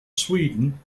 sweden